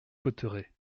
cotterêts